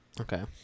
Okay